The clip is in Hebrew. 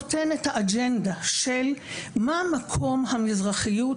נותן את האג'נדה של מהו מקום המזרחיות